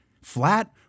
flat